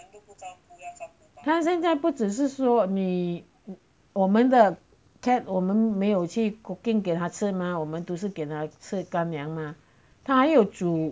他现在不只是说你我们的 cat 我们没有去 cooking 给他吃吗我们都是给那吃干粮吗他还有煮